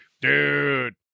Dude